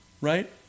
Right